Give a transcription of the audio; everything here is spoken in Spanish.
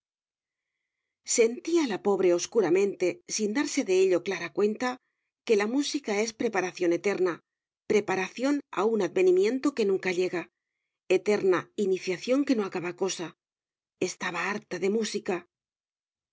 sentía la pobre oscuramente sin darse de ello clara cuenta que la música es preparación eterna preparación a un advenimiento que nunca llega eterna iniciación que no acaba cosa estaba harta de música